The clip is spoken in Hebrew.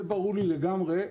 זה ברור לי לגמרי,